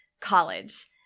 college